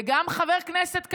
וגם חבר כנסת כאן,